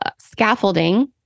scaffolding